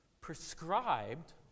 prescribed